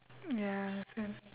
ya so